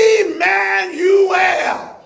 Emmanuel